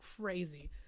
crazy